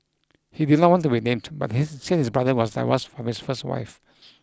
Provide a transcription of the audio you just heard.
he did not want to be named but his brother was divorced from his first wife